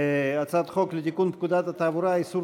הצעת חוק לתיקון פקודת התעבורה (איסור